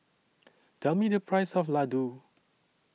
Tell Me The Price of Ladoo